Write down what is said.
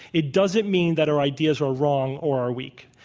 it doesn't mean that our ideas are wrong or are weak.